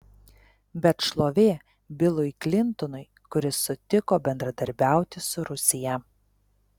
bet šlovė bilui klintonui kuris sutiko bendradarbiauti su rusija